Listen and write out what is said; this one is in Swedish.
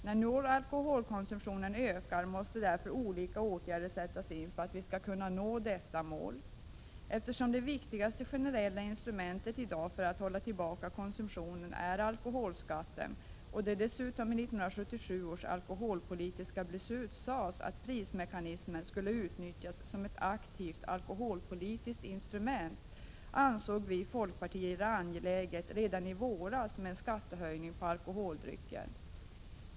När nu alkoholkonsumtionen ökar måste därför olika åtgärder sättas in för att vi skall nå detta mål. Eftersom det viktigaste generella instrumentet i dag för att hålla tillbaka konsumtionen är alkoholskatten och det dessutom i 1977 års alkoholpolitiska beslut sades att prismekanismen skulle utnyttjas som ett aktivt alkoholpolitiskt instrument, ansåg vi i folkpartiet det angeläget redan i våras med en skattehöjning på alkoholdrycker.